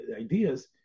ideas